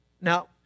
Now